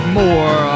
more